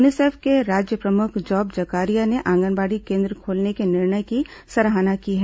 UNICEF के राज्य प्रमुख जॉब जकारिया ने आंगनबाड़ी केन्द्र खोलने के निर्णय की सराहना की है